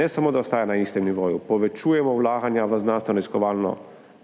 Ne samo da ostaja na istem nivoju, povečujemo vlaganja v znanstvenoraziskovalno